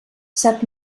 sap